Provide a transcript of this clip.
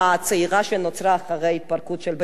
שנוצרה אחרי ההתפרקות של ברית-המועצות.